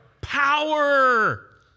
power